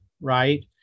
right